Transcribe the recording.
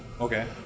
okay